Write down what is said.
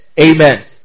amen